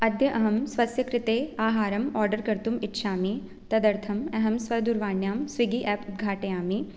अद्य अहं स्वस्य कृते आहारम् आर्डर् कर्तुमिच्छामि तदर्थम् अहं स्वदूरवाण्यां स्विग्गि ऐप् उद्घाटयामि